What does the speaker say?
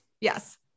yes